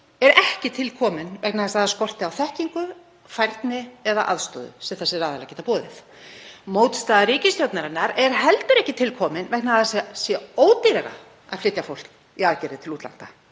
er ekki til komin vegna þess að það skorti þekkingu, færni eða aðstoð sem þessir aðilar geta boðið. Mótstaða ríkisstjórnarinnar er heldur ekki til komin vegna þess að það sé ódýrara að flytja fólk í aðgerðir til útlanda.